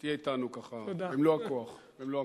שתהיה אתנו, ככה, במלוא הכוח.